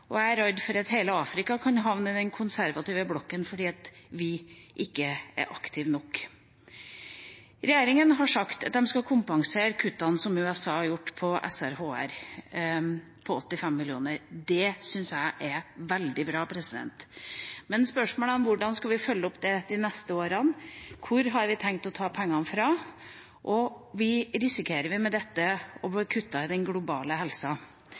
Jeg er redd for at hele Afrika kan havne i den konservative blokken fordi vi ikke er aktive nok. Regjeringa har sagt at de skal kompensere kuttene som USA har gjort når det gjelder SRHR, på 85 mill. kr. Det syns jeg er veldig bra. Men spørsmålene er: Hvordan skal vi følge opp dette de neste årene? Hvor har vi tenkt å ta pengene fra? Risikerer vi med dette kutt når det gjelder den globale